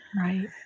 right